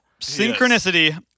Synchronicity